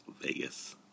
Vegas